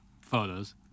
photos